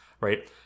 right